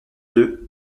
deux